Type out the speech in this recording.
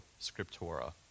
scriptura